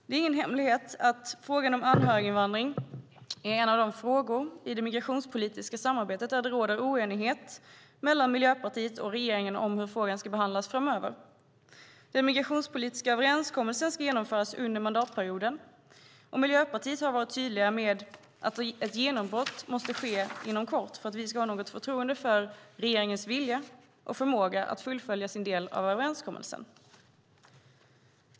Det är ingen hemlighet att frågan om anhöriginvandring är en av de frågor i det migrationspolitiska samarbetet där det råder oenighet mellan Miljöpartiet och regeringen om hur frågan ska behandlas framöver. Den migrationspolitiska överenskommelsen ska genomföras under mandatperioden, och Miljöpartiet har varit tydligt med att ett genombrott måste ske inom kort för att vi ska ha något förtroende för regeringens vilja och förmåga att fullfölja sin del av överenskommelsen.